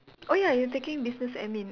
oh ya you're taking business admin